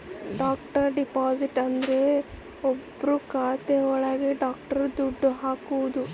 direct deposit ಅಂದ್ರ ಒಬ್ರು ಖಾತೆ ಒಳಗ ಡೈರೆಕ್ಟ್ ದುಡ್ಡು ಹಾಕೋದು